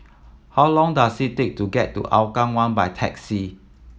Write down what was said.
how long does it take to get to Hougang One by taxi